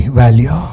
value